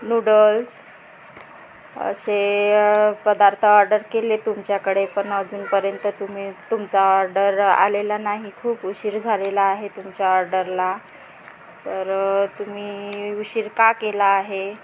noodles असे पदार्थ order केले तुमच्याकडे पण अजूनपर्यंत तुम्ही तुमचा ऑर्डर आलेला नाही खूप उशीर झालेला आहे तुमच्या ऑर्डरला तर तुम्ही उशीर का केला आहे